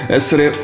essere